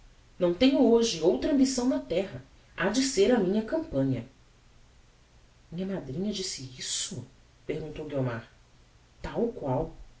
não tenho hoje outra ambição na terra ha de ser a minha campanha minha madrinha disse isso perguntou guiomar tal qual